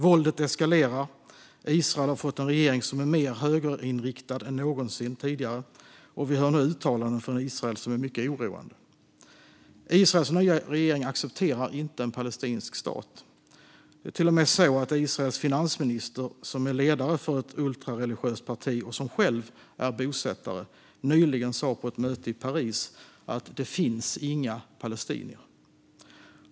Våldet eskalerar, och Israel har fått en regering som är mer högerinriktad än någonsin tidigare. Vi hör nu uttalanden från Israel som är mycket oroande. Israels nya regering accepterar inte en palestinsk stat. Israels finansminister, som är ledare för ett ultrareligiöst parti och som själv är bosättare, sa till och med nyligen på ett möte i Paris: "Det finns inga palestinier."